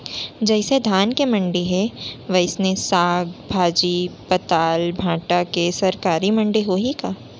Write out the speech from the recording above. जइसे धान के मंडी हे, वइसने साग, भाजी, पताल, भाटा के सरकारी मंडी होही का?